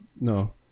no